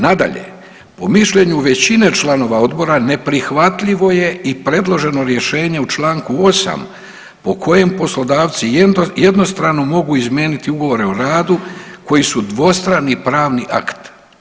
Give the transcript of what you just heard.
Nadalje, po mišljenju većine članova odbora neprihvatljivo je i predloženo rješenje u čl. 8. po kojem poslodavci jednostrano mogu izmijeniti ugovore o radu koji su dvostrani pravni akt.